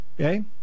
Okay